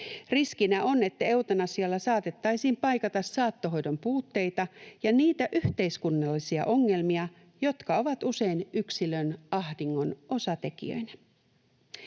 Riskinä on, että eutanasialla saatettaisiin paikata saattohoidon puutteita ja niitä yhteiskunnallisia ongelmia, jotka ovat usein yksilön ahdingon osatekijöinä.